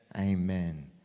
Amen